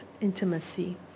intimacy